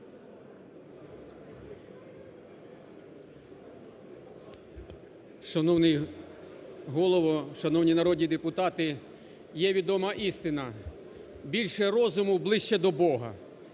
Шановний Голово, шановні народні депутати, є відома істина: більше розуму – ближче до Бога.